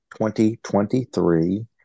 2023